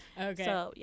Okay